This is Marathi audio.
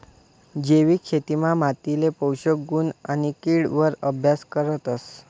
जैविक शेतीमा मातीले पोषक गुण आणि किड वर अभ्यास करतस